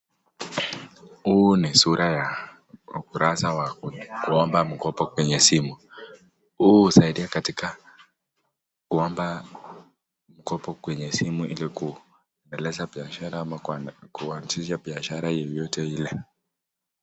Huu ni sura ya ukurasa wa kuomba mkopo kwenye simu, huu husaidia katika kuomba kopo kwenye simu ili kuendeleza biashara ama kuanzisha biashara yoyote ile.